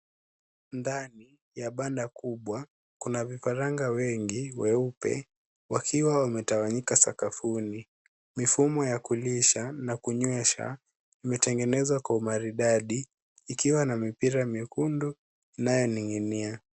Ndani ya banda kubwa, kuna vifaranga wengi weupe wakiwa wametawanyika sakafuni. Mifumo ya kulisha na kunyesha, imetengenezwa kwa umaridadi ikiwa na mipira miekundu inayoning'inia.